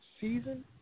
season